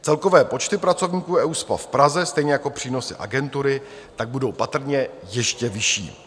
Celkové počty pracovníků EUSPA v Praze, stejně jako přínosy agentury tak budou patrně ještě vyšší.